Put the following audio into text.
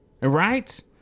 Right